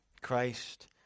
Christ